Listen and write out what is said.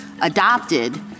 adopted